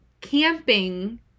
camping